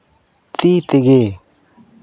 ᱛᱤ ᱛᱮᱜᱮ